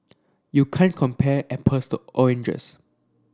you can't compare apples to oranges